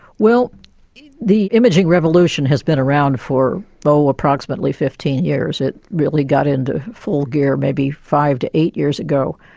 well the imaging revolution has been around for but approximately fifteen years, it really got into full gear maybe five to eight years ago.